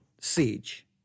siege